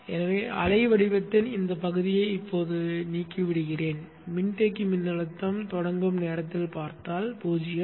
எனவே அலைவடிவத்தின் இந்தப் பகுதியை இப்போது நீக்கி விடுகிறேன் மின்தேக்கி மின்னழுத்தம் தொடங்கும் நேரத்தில் பார்த்தால் 0